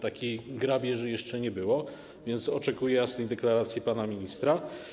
Takiej grabieży jeszcze nie było, więc oczekuję jasnej deklaracji pana ministra.